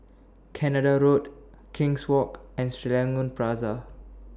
Canada Road King's Walk and Serangoon Plaza